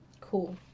cool